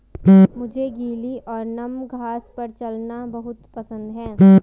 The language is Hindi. मुझे गीली और नम घास पर चलना बहुत पसंद है